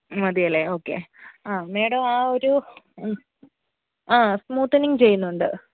മതിയല്ലേ ഓക്കെ ആ മേഡം ആ ഒരു ആഹ് സ്മൂത്തനിംഗ് ചെയ്യുന്നുണ്ട്